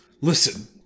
Listen